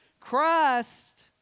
Christ